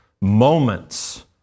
Moments